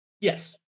Yes